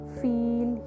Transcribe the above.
feel